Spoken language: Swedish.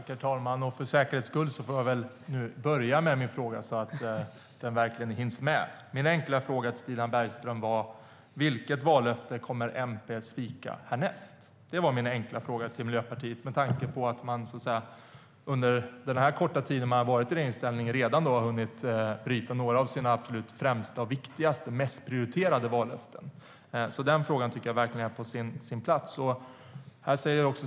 Herr talman! Jag börjar för säkerhets skull med min fråga, så att den verkligen hinns med. Vilket vallöfte kommer MP att svika härnäst? Det var min enkla fråga till Stina Bergström och Miljöpartiet, med tanke på att de under den här korta tiden i regeringsställning redan har hunnit bryta några av sina absolut främsta, viktigaste och mest prioriterade vallöften. Jag tycker verkligen att den frågan är på sin plats.